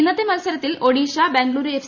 ഇന്നുക്കി മത്സരത്തിൽ ഒഡീഷ ബംഗളൂരു എഫ്